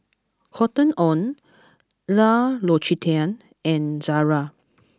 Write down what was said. Cotton On L'Occitane and Zara